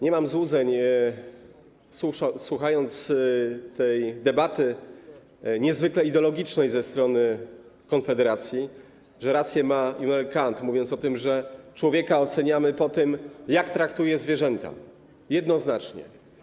Nie mam złudzeń, słuchając tej debaty, niezwykle ideologicznej ze strony Konfederacji - rację miał Immanuel Kant, mówiąc, że człowieka oceniamy po tym, jak traktuje zwierzęta, jednoznacznie.